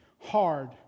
hard